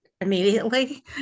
immediately